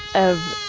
of,